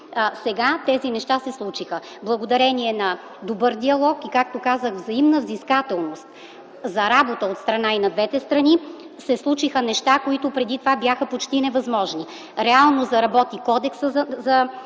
Сега тези неща се случиха. Благодарение на добър диалог и, както казах, взаимна взискателност за работа от страна и на двете страни се случиха неща, които преди това бяха почти невъзможни. Реално заработи Кодексът на